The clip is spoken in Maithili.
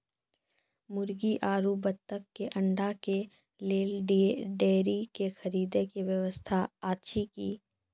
मुर्गी आरु बत्तक के अंडा के लेल डेयरी के खरीदे के व्यवस्था अछि कि?